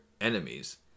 enemies